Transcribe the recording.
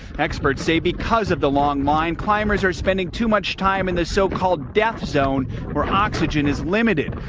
experts say because of the long line climbers are spending too much time in the so-called death zone where oxygen is limited.